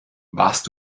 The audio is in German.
warst